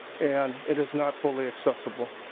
and it is not fully accessible.